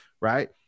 right